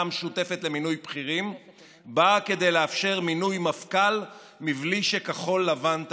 המשותפת למינוי בכירים באה כדי לאפשר מינוי מפכ"ל מבלי שכחול לבן תפריע.